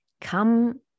come